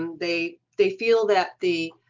um they, they feel that the